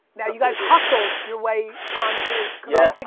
now you guys hustled your way on to yeah